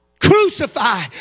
crucify